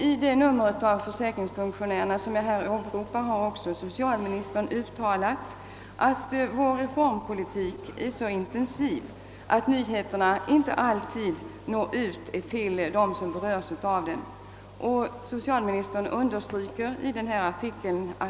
I det nummer av tidskriften Försäkringsfunktionären, som jag omnämnde, har även socialministern uttalat följande: »Vår reformpolitik har ju varit så intensiv att nyheterna inte alltid hunnit ut så fort som man skulle önska.